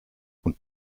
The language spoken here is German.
und